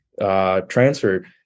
Transfer